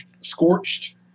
scorched